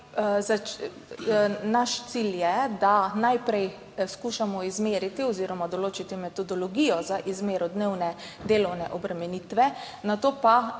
naš cilj je, da najprej skušamo izmeriti oziroma določiti metodologijo za izmero dnevne delovne obremenitve, nato pa